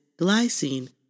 glycine